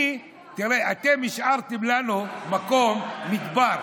אתם השארתם לנו מקום, מדבר,